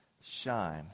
shine